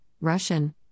Russian